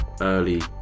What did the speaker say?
early